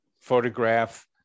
photograph